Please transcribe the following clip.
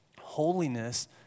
holiness